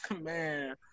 man